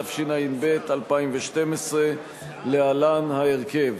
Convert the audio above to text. התשע"ב 2012. להלן ההרכב: